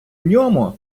ньому